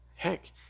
Heck